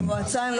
צריך